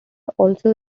also